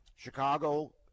Chicago